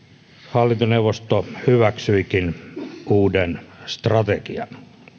hallintoneuvosto hyväksyikin uuden strategian